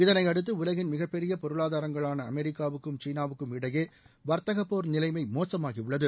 இதனையடுத்து உலகின் மிகப்பெரிய பொருளாதாரங்களான அமெரிக்காவுக்கும் சீனாவுக்கும் இடையே வர்த்தகப்போர் நிலைமை மோசமாகி உள்ளது